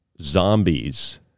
zombies